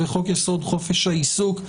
וחוק יסוד: חופש העיסוק,